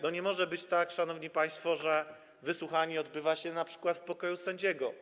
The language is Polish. Nie może być tak, szanowni państwo, że wysłuchanie odbywa się np. w pokoju sędziego.